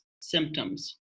symptoms